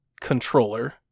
controller